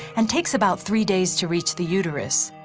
and takes about three days to reach the uterus.